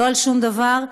לא על שום דבר,